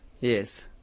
Yes